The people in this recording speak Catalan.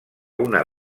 una